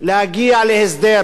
להגיע להסדר